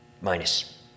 minus